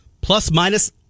plus-minus